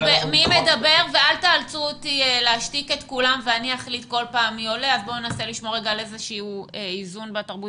ובטח אסור לי להוציא בן אדם בטעות שאין לו אישור של משרד הבריאות